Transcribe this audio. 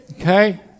Okay